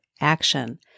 Action